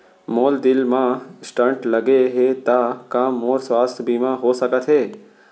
मोर दिल मा स्टन्ट लगे हे ता का मोर स्वास्थ बीमा हो सकत हे?